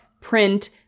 print